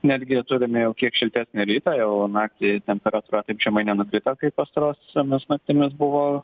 netgi turime jau kiek šiltesnį rytą jau naktį temperatūra taip žemai nenukrito kaip pastarosiomis naktimis buvo